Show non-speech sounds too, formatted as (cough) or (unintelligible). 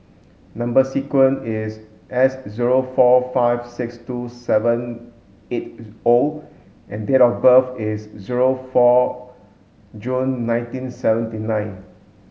number sequence is S zero four five six two seven eight (unintelligible) O and date of birth is zero four June nineteen seventy nine